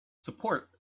supports